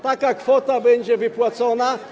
Taka kwota będzie wypłacona.